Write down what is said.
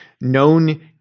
known